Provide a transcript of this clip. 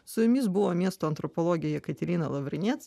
su jumis buvo miesto antropologė jekaterina lavriniec